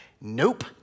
Nope